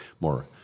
more